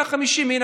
הינה,